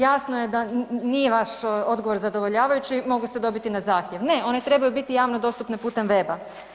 Jasno je da nije vaš odgovor zadovoljavajući mogu se dobiti na zahtjev, ne one trebaju biti javno dostupne putem weba.